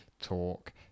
talk